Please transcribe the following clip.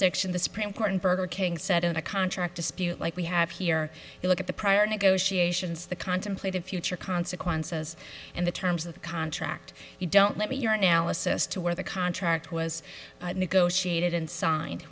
jurisdiction the supreme court and burger king said in a contract dispute like we have here you look at the prior negotiations the contemplated future consequences and the terms of the contract you don't let your analysis to where the contract was negotiated